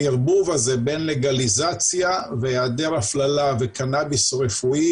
הערבוב הזה בין לגליזציה והיעדר הפללה וקנאביס רפואי